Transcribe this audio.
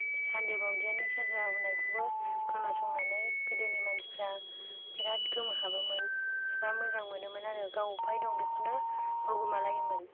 सान्दो बावदियानि सेरजा आवनायखौबो खोनासंनानै गोदोनि मानसिफ्रा बिराद गोमोहाबोमोन एबा मोजां मोनोमोन आरो गाव अबहाय दं बेखौनो बावगोमालायोमोन